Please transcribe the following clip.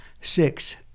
Six